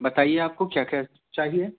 बताइए आपको क्या क्या चाहिए